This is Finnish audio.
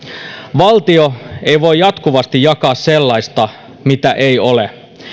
valtio ei voi jatkuvasti jakaa sellaista mitä ei ole